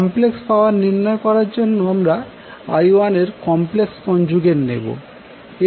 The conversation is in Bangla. কমপ্লেক্স পাওয়ার নির্ণয় করার জন্য আমরা I1এর কমপ্লেক্স কনজুগেট নেবো